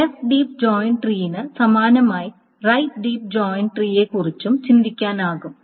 left deep join ട്രീയിന് സമാനമായി right deep join ട്രീയെക്കുറിച്ചും ചിന്തിക്കാനാകും